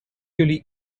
jullie